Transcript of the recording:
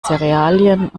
zerealien